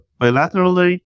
bilaterally